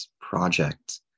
project